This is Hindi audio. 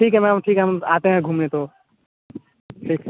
ठीक है मैम ठीक है हम आते है घूमने तो ठीक